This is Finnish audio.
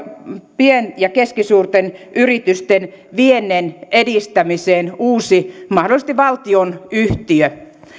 pienten ja keskisuurten yritysten viennin edistämiseen uusi yhtiö mahdollisesti valtionyhtiö